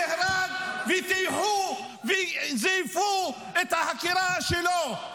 -- שנהרג, וטייחו וזייפו את החקירה שלו.